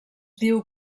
diu